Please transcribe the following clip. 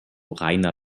reiner